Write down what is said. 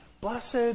blessed